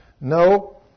No